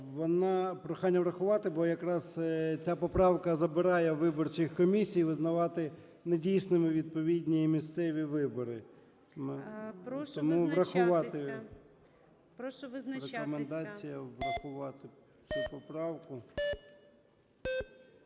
Прохання врахувати. Бо якраз ця поправка забирає у виборчих комісій визнавати недійсними відповідні місцеві вибори. Тому врахувати. Рекомендація врахувати цю поправку.